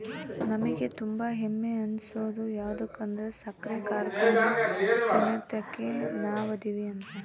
ನಮಿಗೆ ತುಂಬಾ ಹೆಮ್ಮೆ ಅನ್ಸೋದು ಯದುಕಂದ್ರ ಸಕ್ರೆ ಕಾರ್ಖಾನೆ ಸೆನೆಕ ನಾವದಿವಿ ಅಂತ